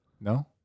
No